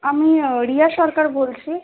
আমি রিয়া সরকার বলছি